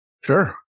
Sure